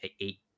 eight